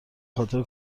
خاطر